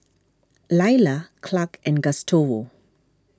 Laila Clark and Gustavo